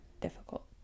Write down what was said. difficult